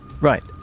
Right